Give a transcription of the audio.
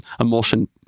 emulsion